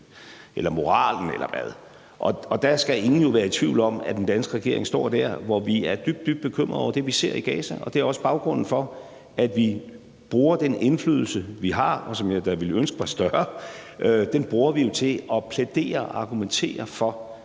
eller moralen i det, og der skal ingen jo være i tvivl om, at den danske regering står der, hvor vi er dybt, dybt bekymrede over det, vi ser i Gaza. Det er også baggrunden for, at vi bruger den indflydelse, vi har, og som jeg da ville ønske var større, til at plædere og argumentere for,